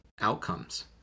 outcomes